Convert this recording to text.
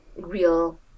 real